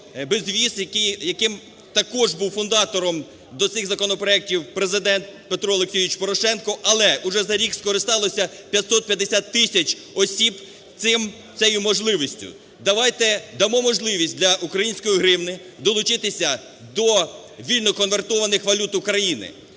безвіз, яким також був фундатором, до цих законопроектів, Президент Петро Олексійович Порошенко. Але уже за рік скористалось 550 тисяч осіб цим, цією можливістю. Давайте дамо можливість для української гривні долучитися до вільно конвертованих валют України.